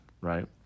right